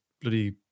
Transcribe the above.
bloody